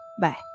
Bye